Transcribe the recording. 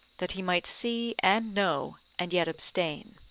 that he might see and know, and yet abstain.